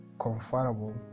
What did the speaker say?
comfortable